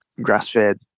grass-fed